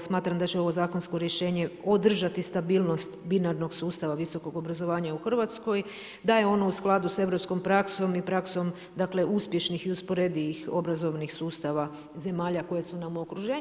smatram da će ovo zakonsko rješenje održati stabilnost binarnog sustava visokog obrazovanja u Hrvatskoj, da je ono u skladu sa europskom praksom i praksom uspješnih i usporedijih obrazovnih sustava zemalja koje su nam u okruženju.